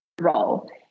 role